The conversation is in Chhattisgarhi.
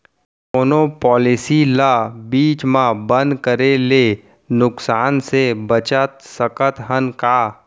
कोनो पॉलिसी ला बीच मा बंद करे ले नुकसान से बचत सकत हन का?